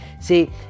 See